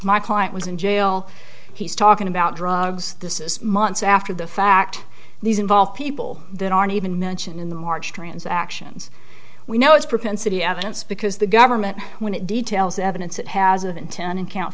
my client was in jail he's talking about drugs this is months after the fact these involved people that aren't even mentioned in the march transactions we know it's propensity evidence because the government when it details evidence it hasn't ten account